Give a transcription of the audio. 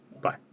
Bye